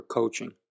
coaching